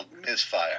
misfire